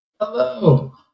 Hello